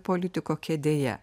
politiko kėdėje